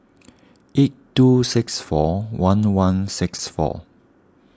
eight two six four one one six four